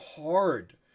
hard